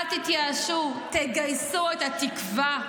אל תתייאשו, תגייסו את התקווה,